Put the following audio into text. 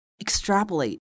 Extrapolate